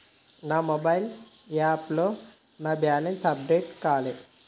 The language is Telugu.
నా మొబైల్ యాప్లో నా బ్యాలెన్స్ అప్డేట్ కాలే